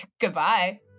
Goodbye